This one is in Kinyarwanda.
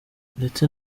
ndetse